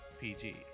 PG